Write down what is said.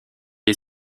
est